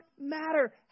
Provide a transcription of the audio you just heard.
matter